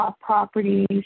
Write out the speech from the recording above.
properties